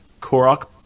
Korok